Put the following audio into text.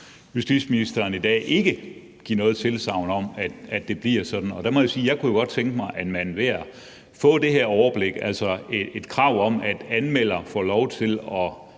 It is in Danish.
at justitsministeren i dag ikke giver noget tilsagn om, at det bliver sådan. Og der må jeg sige, at jeg godt kunne tænke mig at få det her overblik, altså ved at have et krav om, at anmelderen får lov til at